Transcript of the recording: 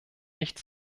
nicht